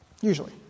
usually